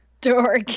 Dork